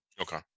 okay